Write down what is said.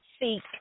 seek